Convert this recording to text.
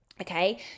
okay